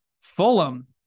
Fulham